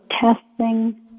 testing